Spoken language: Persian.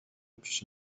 پیش